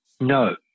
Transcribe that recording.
No